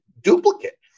duplicate